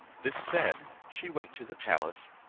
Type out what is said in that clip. this said, she went to the palace,